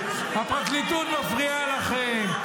הפרקליטות מפריעה לכם,